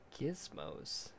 Gizmos